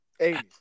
80s